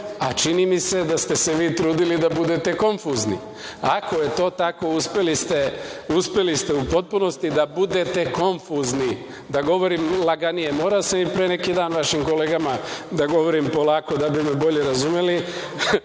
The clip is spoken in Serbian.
a čini mi se da ste se vi trudili da budete konfuzni. Ako je tako, uspeli ste u potpunosti da bude konfuzni, da govorim laganije. Morao sam i pre neki dan vašim kolegama da govorim polako da bi me bolje razumeli.